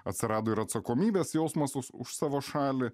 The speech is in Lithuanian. atsirado ir atsakomybės jausmas už savo šalį